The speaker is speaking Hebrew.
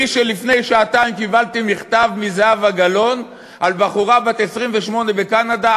לפני שעתיים קיבלתי מכתב מזהבה גלאון על בחורה בת 28 בקנדה.